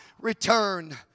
return